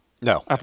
No